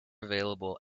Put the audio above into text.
available